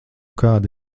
kāda